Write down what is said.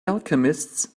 alchemists